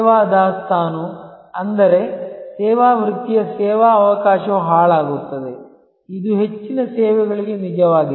ಸೇವಾ ದಾಸ್ತಾನು ಅಂದರೆ ಸೇವಾ ವೃತ್ತಿಯ ಸೇವಾ ಅವಕಾಶವು ಹಾಳಾಗುತ್ತದೆ ಇದು ಹೆಚ್ಚಿನ ಸೇವೆಗಳಿಗೆ ನಿಜವಾಗಿದೆ